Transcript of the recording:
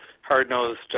hard-nosed